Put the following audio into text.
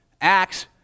Acts